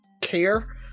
care